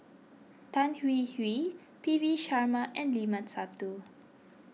Tan Hwee Hwee P V Sharma and Limat Sabtu